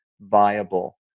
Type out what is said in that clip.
Viable